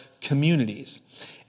communities